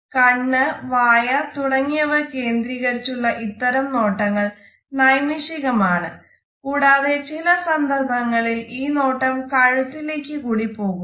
കണ്ണ് വായ് തുടങ്ങിയവ കേന്ദ്രീകരിച്ചുള്ള ഇത്തരം നോട്ടങ്ങൾ നൈമിഷികമാണ് കൂടാതെ ചില സന്ദർഭങ്ങളിൽ ഈ നോട്ടം കഴുത്തിലേക്ക് കൂടി പോകുന്നു